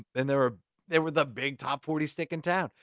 and they were they were the big top forty stick in town.